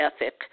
ethic